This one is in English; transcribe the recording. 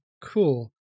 Cool